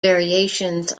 variations